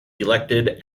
elected